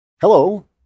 Hello